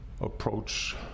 approach